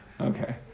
Okay